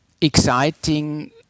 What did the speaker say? exciting